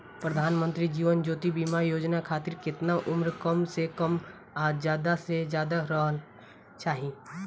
प्रधानमंत्री जीवन ज्योती बीमा योजना खातिर केतना उम्र कम से कम आ ज्यादा से ज्यादा रहल चाहि?